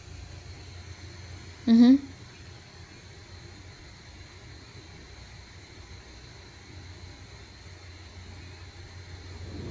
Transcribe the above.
mmhmm